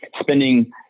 spending